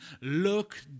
look